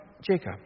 Jacob